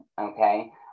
okay